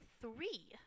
three